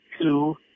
two